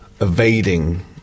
evading